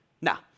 Now